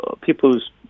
people's